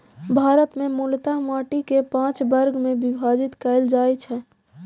भारत मे मूलतः माटि कें पांच वर्ग मे विभाजित कैल जाइ छै